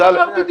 אותו דבר בדיוק.